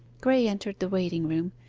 graye entered the waiting-room,